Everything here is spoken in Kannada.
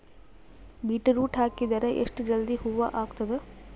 ಬೀಟರೊಟ ಹಾಕಿದರ ಎಷ್ಟ ಜಲ್ದಿ ಹೂವ ಆಗತದ?